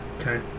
Okay